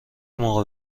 موقع